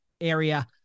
area